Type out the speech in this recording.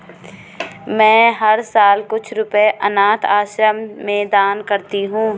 मैं हर साल कुछ रुपए अनाथ आश्रम में दान करती हूँ